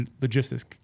logistics